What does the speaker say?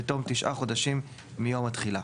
בתום תשעה חודשים מיום התחילה.